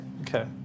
Okay